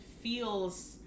feels